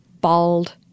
Bald